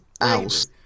else